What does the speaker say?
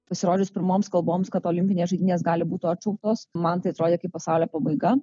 pasirodžius pirmoms kalboms kad olimpinės žaidynės gali būt atšauktos man tai atrodė kaip pasaulio pabaiga